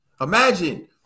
Imagine